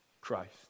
Christ